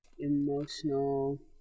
emotional